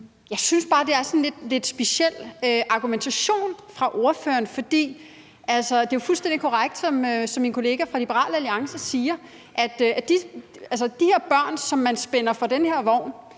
Jeg synes bare, det er en sådan lidt speciel argumentationen fra ordførerens side. For det er fuldstændig korrekt, som min kollega fra Liberal Alliance siger, at de her børn, som man spænder for den her vogn